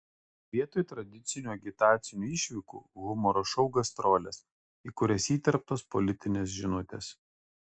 vietoj tradicinių agitacinių išvykų humoro šou gastrolės į kurias įterptos politinės žinutės